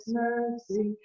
mercy